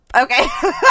Okay